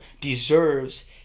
deserves